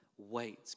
Wait